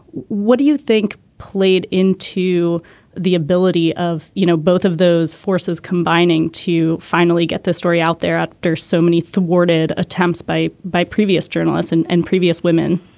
what do you think played in to the ability of you know both of those forces combining to finally get the story out there after so many thwarted attempts by by previous journalists and and previous women